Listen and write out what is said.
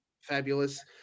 Fabulous